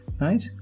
Right